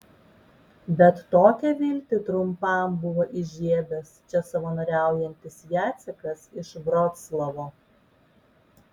bet tokią viltį trumpam buvo įžiebęs čia savanoriaujantis jacekas iš vroclavo